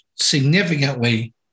significantly